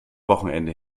wochenende